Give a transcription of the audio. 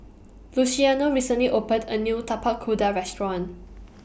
Luciano recently opened A New Tapak Kuda Restaurant